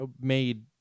made